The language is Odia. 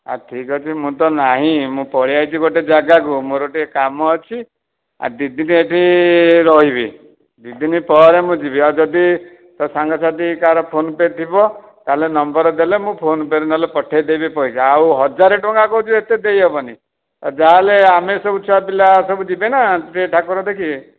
ଆଉ ଠିକ୍ ଅଛି ମୁଁ ତ ନାହିଁ ମୁଁ ପଳାଇ ଆଇଛି ଗୋଟେ ଜାଗାକୁ ମୋର ଟିକେ କାମ ଅଛି ଆଉ ଦୁଇଦିନି ଏହିଠି ରହିବି ଦୁଇଦିନି ପରେ ମୁଁ ଯିବି ଆଉ ଯଦି ତୋ ସାଙ୍ଗ ସାଥି କାହାର ଫୋନପେ ଥିବ ତାହେଲେ ନମ୍ବର ଦେଲେ ମୁଁ ଫୋନପେ ରେ ନହେଲେ ପଠାଇ ଦେବି ପଇସା ଆଉ ହଜାର ଟଙ୍କା କହୁଛୁ ଏତେ ଦେଇ ହେବନି ଯାହେଲେ ଆମେ ସବୁ ଛୁଆ ପିଲା ସବୁ ଯିବେ ନା ସେ ଠାକୁର ଦେଖିବେ